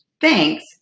thanks